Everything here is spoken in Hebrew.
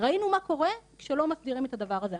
ראינו מה קורה כשלא מסדירים את הדבר הזה,